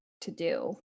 to-do